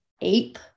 ape